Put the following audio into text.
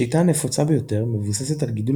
השיטה הנפוצה ביותר מבוססת על גידול